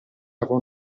lavò